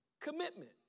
Commitment